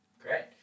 Great